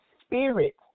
spirit